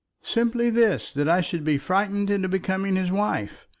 simply this that i should be frightened into becoming his wife.